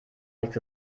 nichts